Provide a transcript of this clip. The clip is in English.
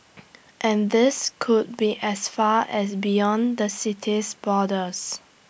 and these could be as far as beyond the city's borders